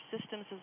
systems